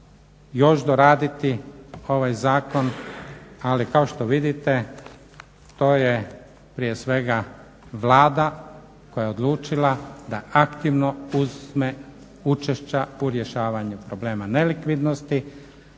još doraditi ovaj zakon. Ali kao što vidite to je prije svega Vlada koja je odlučila da aktivno uzme učešća u rješavanju problema nelikvidnosti